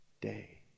day